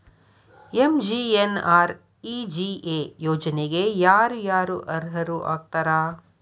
MGNREGA ಯೋಜನೆಗೆ ಯಾರ ಯಾರು ಅರ್ಹರು ಆಗ್ತಾರ?